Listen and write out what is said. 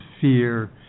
fear